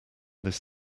this